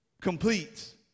complete